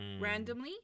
randomly